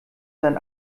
sein